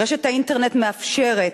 רשת האינטרנט מאפשרת,